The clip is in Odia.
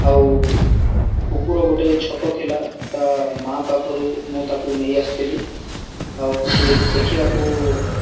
ଆଉ କୁକୁର ଗୋଟିଏ ଛୋଟ ଥିଲା ତା ମା ପାଖରୁ ମୁଁ ତାକୁ ନେଇଆସିଥିଲି ଆଉ ସିଏ ଦେଖିବାକୁ